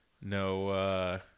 No